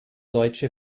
deutsche